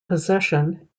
possession